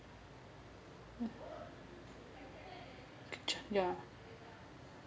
yeah